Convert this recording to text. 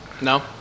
No